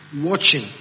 Watching